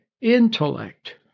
intellect